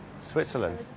Switzerland